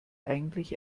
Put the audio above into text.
eigentlich